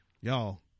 y'all